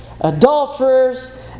adulterers